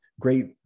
great